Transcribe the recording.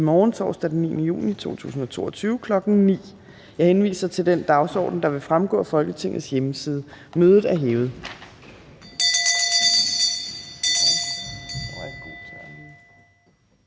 morgen, torsdag den 9. juni 2022, kl. 9.00. Jeg henviser til den dagsorden, der vil fremgå af Folketingets hjemmeside. Mødet er hævet.